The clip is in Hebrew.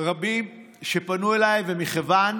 רבים שפנו אליי, מכיוון